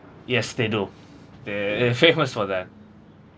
yes they do they're famous for that